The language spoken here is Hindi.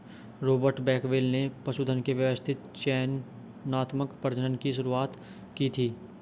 रॉबर्ट बेकवेल ने पशुधन के व्यवस्थित चयनात्मक प्रजनन की शुरुआत की थी